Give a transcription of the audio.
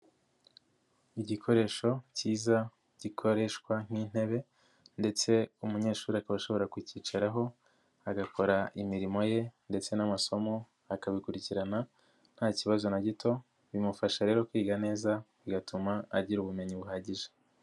Igikoresho kiza gikoreshwa nk'intebe ndetse umunyeshuri akaba ashobora kukicaraho agakora imirimo ye ndetse n'amasomo akabikurikirana nta kibazo na gito, bimufasha rero kwiga neza bigatuma agira ubumenyi buhagije.